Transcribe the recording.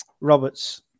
Roberts